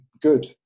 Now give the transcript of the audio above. good